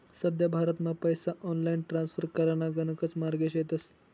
सध्या भारतमा पैसा ऑनलाईन ट्रान्स्फर कराना गणकच मार्गे शेतस